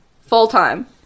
full-time